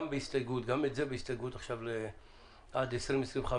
גם את זה בהסתייגות עד 2025,